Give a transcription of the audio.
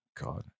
God